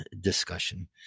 discussion